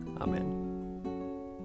Amen